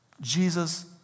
Jesus